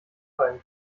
fallen